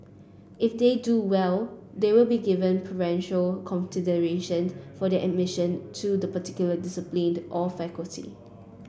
if they do well they will be given preferential consideration for their admission to the particular discipline or faculty